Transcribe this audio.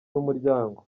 n’umuryango